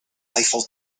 eiffel